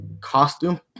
costume